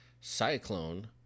Cyclone